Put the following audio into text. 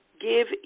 give